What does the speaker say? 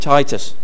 Titus